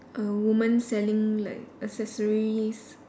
a woman selling like accessories